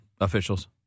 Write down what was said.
officials